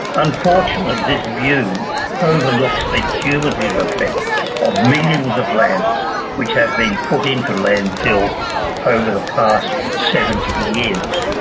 unfortunately this view overlooks the cumulative effect of millions of lamps which have been put into landfill over the past seventy years.